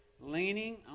leaning